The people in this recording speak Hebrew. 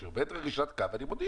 להודיע.